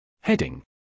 Heading